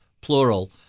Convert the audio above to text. plural